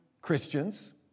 Christians